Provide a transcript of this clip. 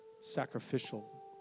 sacrificial